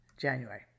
January